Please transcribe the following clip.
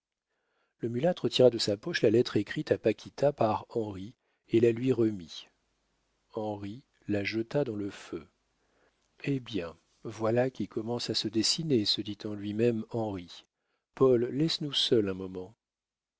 le mulâtre tira de sa poche la lettre écrite à paquita par henri et la lui remit henri la jeta dans le feu eh bien voilà qui commence à se dessiner se dit en lui-même henri paul laisse-nous seuls un moment